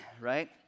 right